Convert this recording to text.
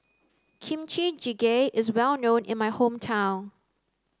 Kimchi Jjigae is well known in my hometown